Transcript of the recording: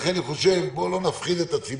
לכן אני חושב, בוא לא נפחיד את הציבור